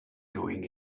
doing